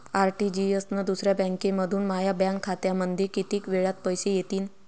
RTGS न दुसऱ्या बँकेमंधून माया बँक खात्यामंधी कितीक वेळातं पैसे येतीनं?